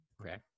Okay